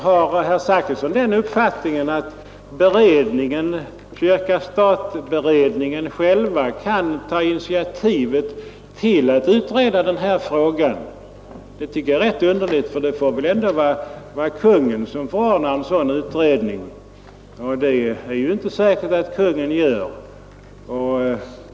Herr Zachrissons uppfattning att kyrka—stat-beredningen själv kan ta initiativet till att utreda denna fråga tycker jag är rätt underlig. Det får väl ändå vara Konungen som tillsätter en sådan utredning, och det är ju inte säkert att Konungen gör det.